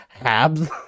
Habs